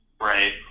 Right